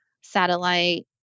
satellite